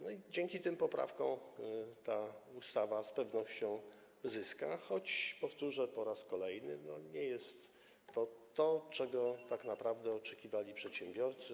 No i dzięki tym poprawkom ta ustawa z pewnością zyska, choć powtórzę po raz kolejny, że nie jest to to, czego tak naprawdę oczekiwali przedsiębiorcy.